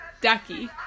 Ducky